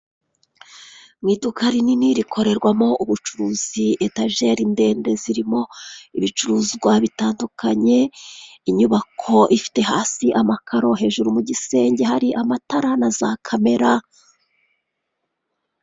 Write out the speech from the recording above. Mu iduka rinini rikorerwamo ubucuruzi, etajeri ndende zirimo ibicuruzwa bitandukanye, inyubako ifite hasi amakaro hejuru mu gisenge hari amatara na za kamera.